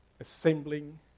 assembling